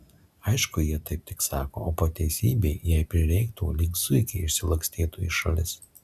aišku jie taip tik sako o po teisybei jei prireiktų lyg zuikiai išsilakstytų į šalis